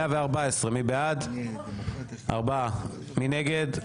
הצבעה בעד, 4 נגד,